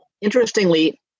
Interestingly